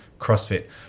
CrossFit